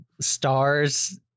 stars